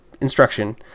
instruction